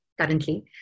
currently